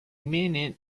minute